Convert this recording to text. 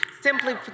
simply